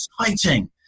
exciting